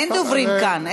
אין דוברים כאן.